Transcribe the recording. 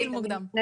אתן